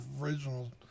original